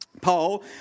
Paul